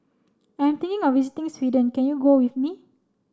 I'm thinking of visiting Sweden can you go with me